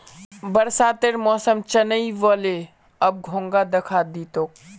बरसातेर मौसम चनइ व ले, अब घोंघा दखा दी तोक